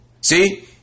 See